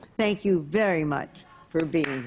thank you very much for being